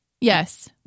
Yes